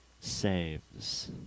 saves